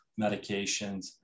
medications